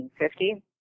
1950